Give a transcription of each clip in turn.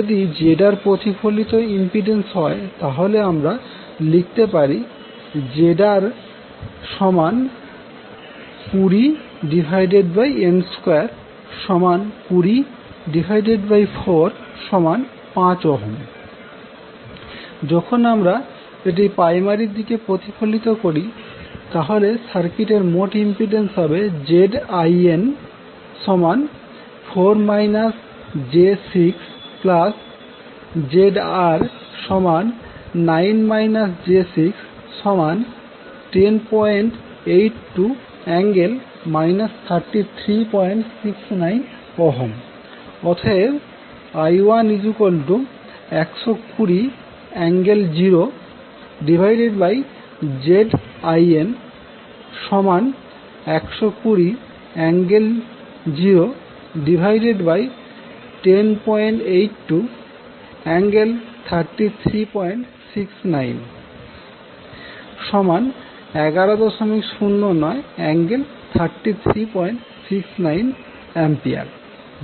যদি ZRপ্রতিফলিত ইম্পিড্যান্স হয় তাহলে আমরা লিখতে পারি ZR20n22045 যখন আমরা এটি প্রাইমারি দিকে প্রতিফলিত করি তাহলে সার্কিটের মোট ইম্পিড্যান্স হবে Zin4 j6ZR9 j61082∠ 3369 অতএব I1120∠0Zin120∠01082∠ 33691109∠3369A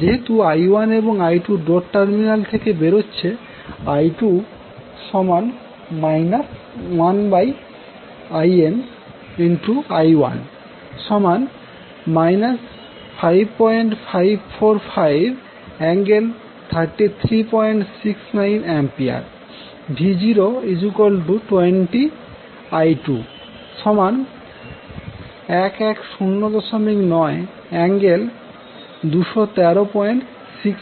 যেহেতু I1 এবংI2 ডট টার্মিনাল থেকে বেরোচ্ছে I2 1nI1 5545∠3369A V020I21109∠21369A এইভাবে আমরা কোনের মান পেয়েছি